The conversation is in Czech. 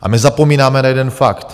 A my zapomínáme na jeden fakt.